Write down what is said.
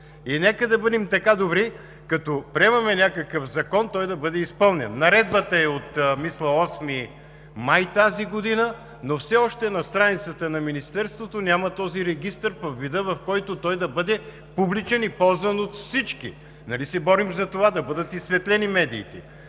Нека да бъдем така добри, като приемаме някакъв закон, той да бъде изпълнен. Наредбата, мисля, е от 8 май тази година, но все още на страницата на Министерството няма този регистър във вида, в който той да бъде публичен и ползван от всички. Нали се борим за това – да бъдат изсветлени медиите?